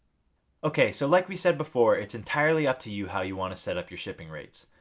okay, so like we said before it's entirely up to you how you want to set up your shipping rates.